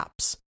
apps